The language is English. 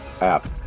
app